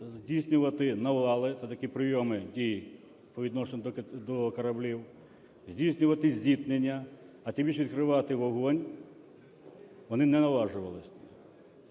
здійснювати навали – це такі прийоми дій по відношенню до кораблів, здійснювати зіткнення, а тим більше відкривати вогонь, вони не наважувалися.